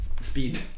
speed